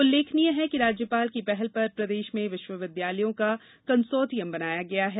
उल्लेखनीय है कि राज्यपाल की पहल पर प्रदेश में विश्वविद्यालयों का कंसोर्टियम बनाया गया है